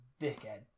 dickhead